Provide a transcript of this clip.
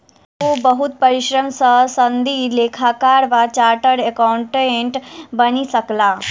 ओ बहुत परिश्रम सॅ सनदी लेखाकार वा चार्टर्ड अकाउंटेंट बनि सकला